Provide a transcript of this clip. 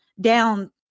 down